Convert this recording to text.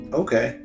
okay